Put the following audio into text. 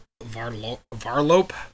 Varlope